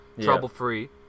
Trouble-free